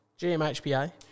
GMHBA